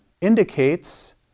indicates